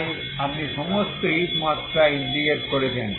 তাই আপনি সমস্ত হিট মাত্রা ইন্টিগ্রেট করছেন